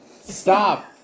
Stop